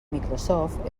microsoft